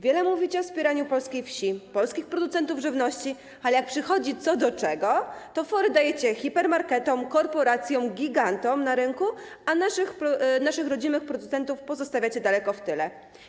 Wiele mówicie o wspieraniu polskiej wsi, polskich producentów żywności, a jak przychodzi co do czego, to fory dajecie hipermarketom, korporacjom, gigantom na rynku, a naszych rodzimych producentów pozostawiacie daleko w tyle.